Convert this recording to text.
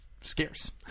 scarce